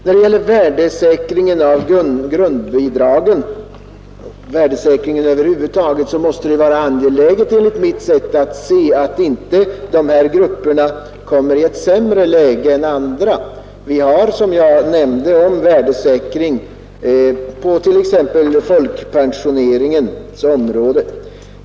Vad beträffar värdesäkringen av grundbidraget måste det enligt min mening vara angeläget att se till att de här grupperna inte kommer i ett sämre läge än andra. Vi har, som jag nämnde, värdesäkring på t.ex. folkpensioneringens område.